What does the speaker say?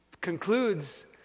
concludes